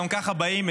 גם ככה באים,